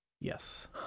Yes